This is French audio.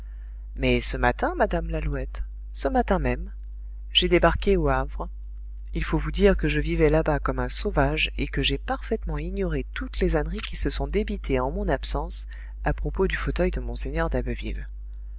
mais ce matin madame lalouette ce matin même j'ai débarqué au havre il faut vous dire que je vivais là-bas comme un sauvage et que j'ai parfaitement ignoré toutes les âneries qui se sont débitées en mon absence à propos du fauteuil de mgr d'abbeville